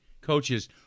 coaches